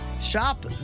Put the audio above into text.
Shop